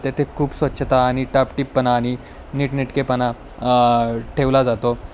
तेथे खूप स्वच्छता आणि टापटीपपणा आणि नीटनेटकेपणा ठेवला जातो